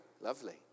Lovely